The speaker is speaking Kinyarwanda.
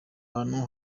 hantu